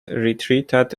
retreated